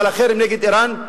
אבל החרם נגד אירן,